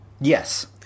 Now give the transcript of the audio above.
Yes